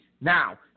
now